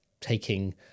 taking